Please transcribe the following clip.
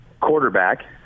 quarterback